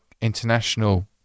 international